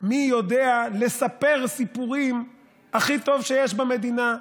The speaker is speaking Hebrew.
מי יודע לספר סיפורים הכי טוב שיש במדינה,